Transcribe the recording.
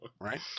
right